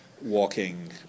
walking